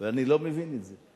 ואני לא מבין את זה.